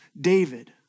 David